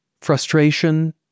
frustration